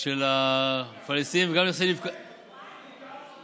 של הפלסטינים וגם בנכסי נפקדים, צודק,